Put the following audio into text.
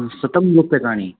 शतं रूप्यकाणि